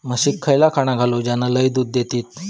म्हशीक खयला खाणा घालू ज्याना लय दूध देतीत?